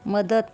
मदत